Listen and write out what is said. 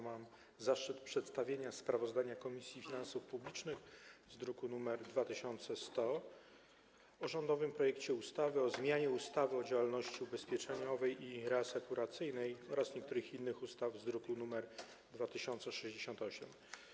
Mam zaszczyt przedstawić sprawozdanie Komisji Finansów Publicznych z druku nr 2100 o rządowym projekcie ustawy o zmianie ustawy o działalności ubezpieczeniowej i reasekuracyjnej oraz niektórych innych ustaw z druku nr 2068.